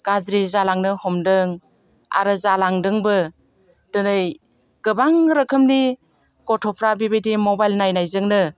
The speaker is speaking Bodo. गाज्रि जालांनो हमदों आरो जालांदोंबो दिनै गोबां रोखोमनि गथ'फ्रा बिबायदि मबाइल नायनायजोंनो